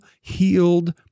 healed